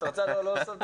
את רוצה לדבר?